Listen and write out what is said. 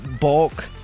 bulk